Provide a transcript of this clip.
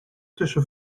tussen